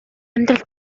амьдралд